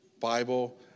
Bible